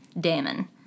Damon